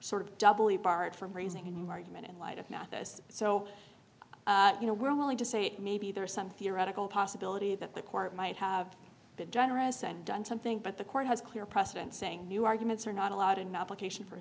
sort of barred from raising an argument in light of not this so you know we're willing to say it maybe there is some theoretical possibility that the court might have been generous and done something but the court has clear precedent saying new arguments are not allowed in my application for